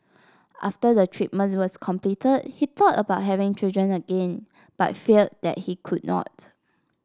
after the treatments was completed he thought about having children again but feared that he could not